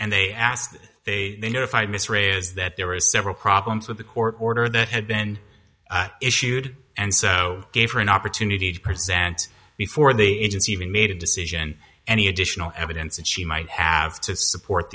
and they asked they notified miss ray is that there were several problems with the court order that had been issued and so gave her an opportunity to present before they even made a decision any additional evidence that she might have to support